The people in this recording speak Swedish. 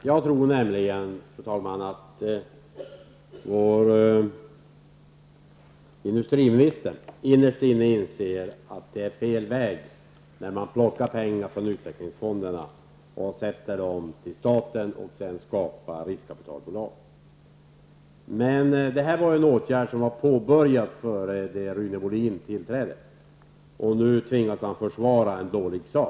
Fru talman! Jag tror att vår industriminister innerst inne inser att det är fel väg att plocka pengar från investeringsfonderna, överföra dem till staten och sedan skapa riskkapitalbolag. Denna åtgärd hade dock påbörjats innan Rune Molin tillträdde. Han tvingas nu försvara en dålig sak.